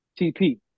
TP